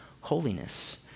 holiness